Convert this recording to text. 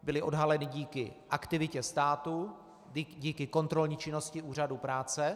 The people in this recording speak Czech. Byla odhalena díky aktivitě státu, díky kontrolní činnosti Úřadu práce.